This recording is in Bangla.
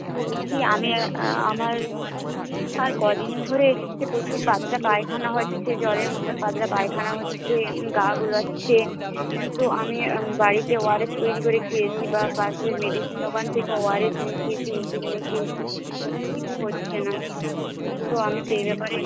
বলছি আমি আমার আর কদিন ধরে প্রচুর পাতলা পায়খানা হচ্ছে জলের মতোন পাতলা পায়খানা হচ্ছে গা গুলাচ্ছে তো আমি বাড়িতে ও আর এস তৈরি করে খেয়েছি বা পাশের মেডিসিন দোকান থেকে ও আর এস এনে খেয়েছি ওষুধ এনে খেয়েছি কিন্তু কিছু হচ্ছে না তো আমি সেই ব্যাপারে